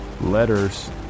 letters